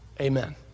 Amen